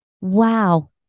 wow